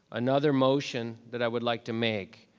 another motion that i would like to make